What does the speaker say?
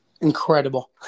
Incredible